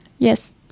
Yes